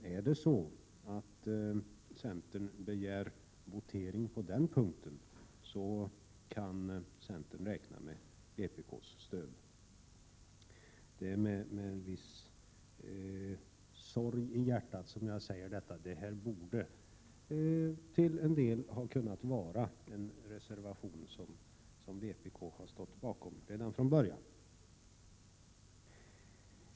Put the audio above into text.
Är det så att centern begär votering på den punkten, kan centern räkna med vpk:s stöd. Det är med viss sorg i hjärtat som jag säger detta. Det här borde till en del ha kunnat vara en reservation som vpk hade stått bakom redan från början.